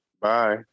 Bye